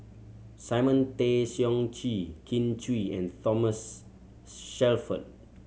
Simon Tay Seong Chee Kin Chui and Thomas Shelford